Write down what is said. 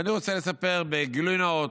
ואני רוצה לספר בגילוי נאות,